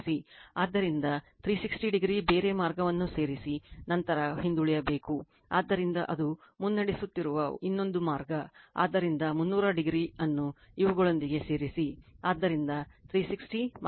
ಆದ್ದರಿಂದ 360o ಬೇರೆ ಮಾರ್ಗವನ್ನು ಸೇರಿಸಿ ನಂತರ ಹಿಂದುಳಿಯಬೇಕು ಆದ್ದರಿಂದ ಅದು ಮುನ್ನಡೆಸುತ್ತಿರುವ ಇನ್ನೊಂದು ಮಾರ್ಗ ಆದ್ದರಿಂದ 360o ಅನ್ನು ಇವುಗಳೊಂದಿಗೆ ಸೇರಿಸಿ ಆದ್ದರಿಂದ 360 240 21